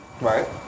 Right